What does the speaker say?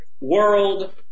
world